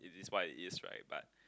it is what it is right but